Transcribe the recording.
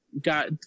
got